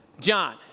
John